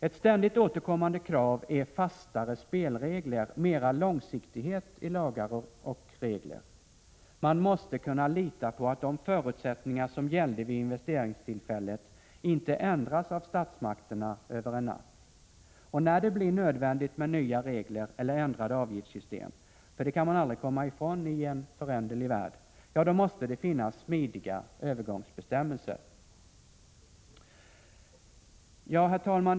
Ett ständigt återkommande krav är fastare spelregler, mera långsiktighet i lagar och regler. Man måste kunna lita på att de förutsättningar som gällde vid investeringstillfället inte ändras av statsmakterna över en natt. Och när det blir nödvändigt med nya regler eller ändrade avgiftssystem — det kan man aldrig komma ifrån i en föränderlig värld — ja, då måste det finnas smidiga övergångsbestämmelser. Herr talman!